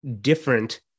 different